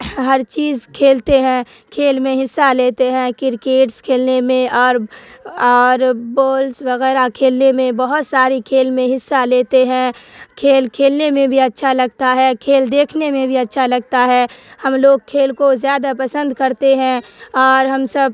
ہر چیز کھیلتے ہیں کھیل میں حصہ لیتے ہیں کرکٹس کھیلنے میں اور اور بالس وغیرہ کھیلنے میں بہت ساری کھیل میں حصہ لیتے ہیں کھیل کھیلنے میں بھی اچھا لگتا ہے کھیل دیکھنے میں بھی اچھا لگتا ہے ہم لوگ کھیل کو زیادہ پسند کرتے ہیں اور ہم سب